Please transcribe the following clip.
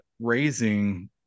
raising